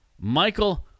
Michael